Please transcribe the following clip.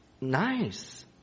nice